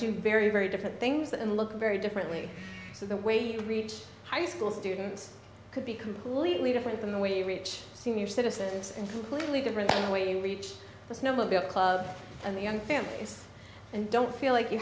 do very very different things and look very differently so the way you reach high school students could be completely different than the way you reach senior citizens and completely different in the way you reach the snowmobile club and the young fan base and don't feel like you